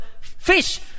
fish